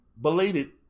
belated